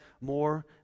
more